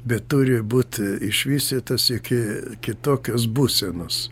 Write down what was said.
bet turi būt išvystytas iki kitokios būsenos